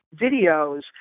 videos